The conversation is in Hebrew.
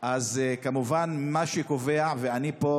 אז כמובן מה שקובע, ואני פה,